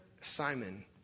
Simon